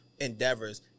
endeavors